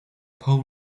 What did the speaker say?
paul